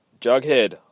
Jughead